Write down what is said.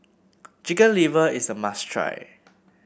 Chicken Liver is a must try